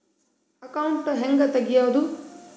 Account ಹ್ಯಾಂಗ ತೆಗ್ಯಾದು?